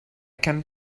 can